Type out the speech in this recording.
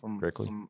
correctly